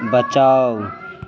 बचाउ